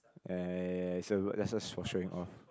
ya ya ya ya ya so that's just for showing off